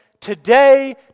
today